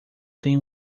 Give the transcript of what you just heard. tem